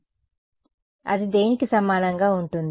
కాబట్టి అది దేనికి సమానంగా ఉంటుంది